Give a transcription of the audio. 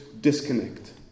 disconnect